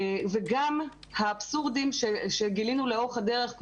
וגם האבסורדים שגילינו לאורך הדרך,